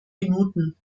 minuten